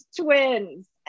twins